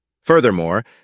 Furthermore